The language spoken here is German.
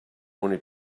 ohne